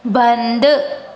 बंदि